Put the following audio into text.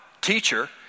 teacher